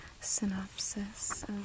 synopsis